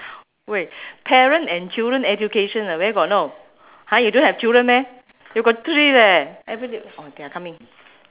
wait parent and children education uh where got no !huh! you don't have children meh you got three leh every week oh they're coming